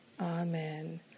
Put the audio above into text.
Amen